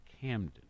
Camden